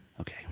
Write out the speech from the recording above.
Okay